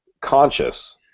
conscious